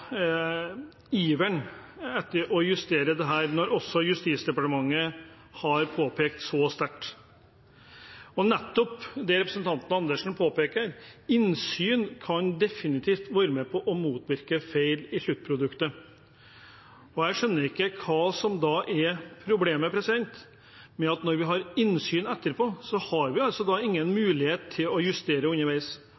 iveren etter å justere dette når også Justisdepartementet har påpekt det så sterkt. Som representanten Andersen påpeker, kan innsyn definitivt være med på å motvirke feil i sluttproduktet. Jeg skjønner ikke hva som da er problemet – når vi har innsyn etterpå, har vi altså ingen